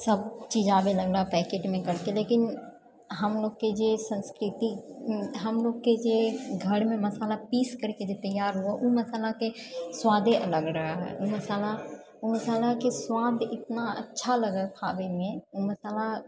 सब चीज आबे लगलऽ पैकेटमे करके लेकिन हमलोगके जे संस्कृति हमलोगके जे घरमे मशाला पीस करके जे तैयार हुअए है ओ मशालाके स्वादे अलग रहऽ है ओ मशालाके स्वाद एतना अच्छा लगऽ खाबैमे ओ मशाला